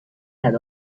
had